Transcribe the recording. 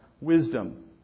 wisdom